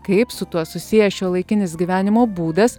kaip su tuo susiję šiuolaikinis gyvenimo būdas